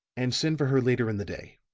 and send for her later in the day.